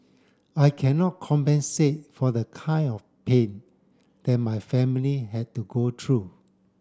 I cannot compensate for the kind of pain that my family had to go through